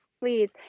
please